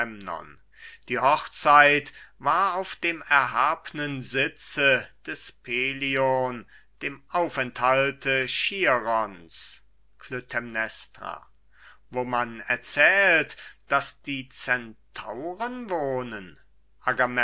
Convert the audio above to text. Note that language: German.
die hochzeit war auf dem erhabnen sitze des pelion dem aufenthalte chirons klytämnestra wo man erzählt daß die centauren wohnen